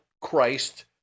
Christ